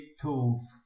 tools